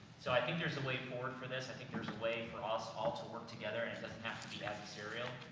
so, i think there's a way forward for this, i think there's a way for us all to work together. and it doesn't have to be adversarial,